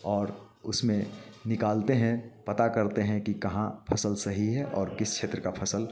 और उसमें निकालते हैं पता करते हैं कि कहाँ फसल सही है और किस क्षेत्र का फसल